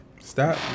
Stop